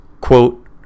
Quote